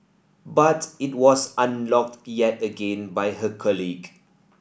but it was unlocked yet again by her colleague